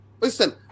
Listen